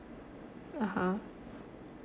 (uh huh)